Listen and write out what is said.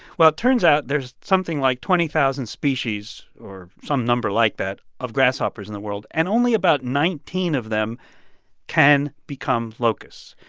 well, it turns out there's something like twenty thousand species or some number like that of grasshoppers in the world, and only about nineteen of them can become locusts.